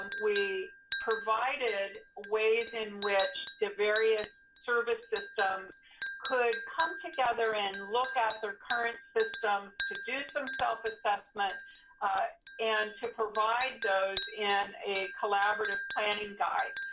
um we provided ways in which the various service systems could come together and look at their current system to do some self-assessment and to provide those in a collaborative planning planning guide.